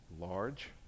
large